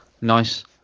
nice